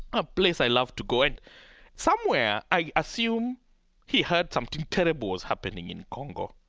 a place i love to go, and somewhere i assume he heard something terrible was happening in congo.